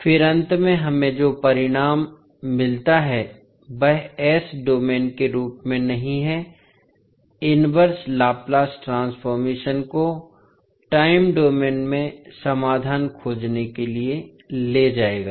फिर अंत में हमें जो परिणाम मिलता है वह s डोमेन के रूप में नहीं है इनवर्स लाप्लास ट्रांसफॉर्मेशन को टाइम डोमेन में समाधान खोजने के लिए ले जाएगा